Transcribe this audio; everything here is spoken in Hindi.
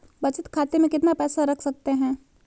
बचत खाते में कितना पैसा रख सकते हैं?